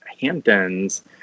Hamptons